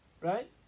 Right